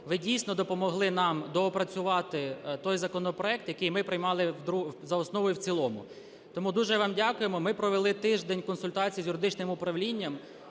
Ви, дійсно, допомогли нам доопрацювати той законопроект, який ми приймали за основу і в цілому. Тому дуже вам дякуємо. Ми провели тиждень консультацій з юридичним управлінням.